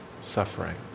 suffering